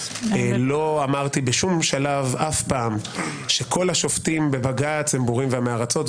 לא אמרתי בשום שלב אף פעם שכל השופטים בבג"ץ הם בורים ועמי ארצות.